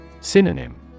Synonym